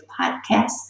podcasts